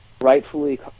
rightfully